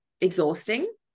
exhausting